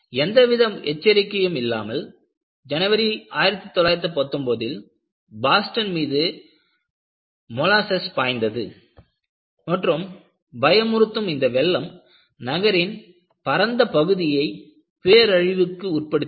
எந்தவித எச்சரிக்கையும் இல்லாமல் ஜனவரி 1919ல் பாஸ்டன் மீது மொலாசஸ் பாய்ந்தது மற்றும் பயமுறுத்தும் இந்த வெள்ளம் நகரின் பரந்த பகுதியை பேரழிவிற்கு உட்படுத்தியது